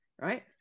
right